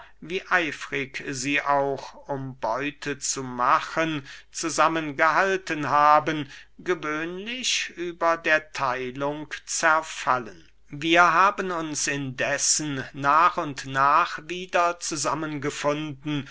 wie eifrig sie auch um beute zu machen zusammen gehalten haben gewöhnlich über der theilung zerfallen wir haben uns indessen nach und nach wieder zusammen